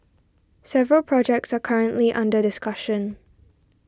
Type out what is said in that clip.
several projects are currently under discussion